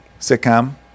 sitcom